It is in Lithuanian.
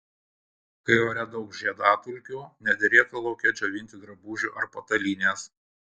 kai ore daug žiedadulkių nederėtų lauke džiovinti drabužių ar patalynės